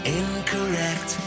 incorrect